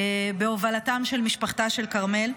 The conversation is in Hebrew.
בהובלתה של משפחתה של כרמל.